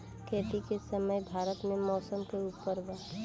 खेती के समय भारत मे मौसम के उपर बा